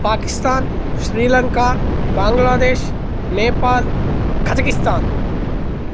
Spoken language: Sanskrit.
पाकिस्तान् श्रीलङ्का बाङ्गलादेश् नेपाल् खजगिस्थान्